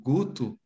Guto